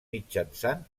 mitjançant